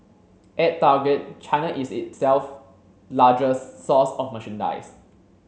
at Target China is itself largest source of merchandise